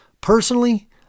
Personally